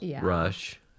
rush